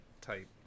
type